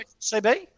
CB